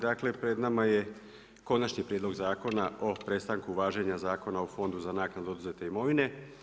Dakle pred nama je Konačni prijedlog zakona o prestanku važenja Zakon o fondu za naknadu oduzete imovine.